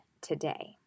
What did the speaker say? today